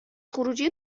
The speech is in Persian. خروجی